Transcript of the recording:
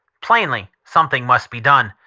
plainly something must be done.